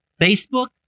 Facebook